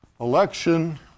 election